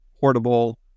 portable